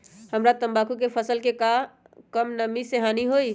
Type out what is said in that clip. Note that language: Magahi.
हमरा तंबाकू के फसल के का कम नमी से हानि होई?